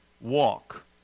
walk